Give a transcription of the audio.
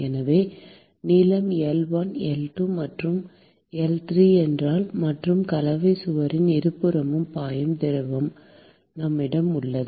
எனவே நீளம் L1 L2 மற்றும் L3 என்றால் மற்றும் கலவை சுவரின் இருபுறமும் பாயும் திரவம் நம்மிடம் உள்ளது